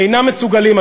אינם מסוגלים,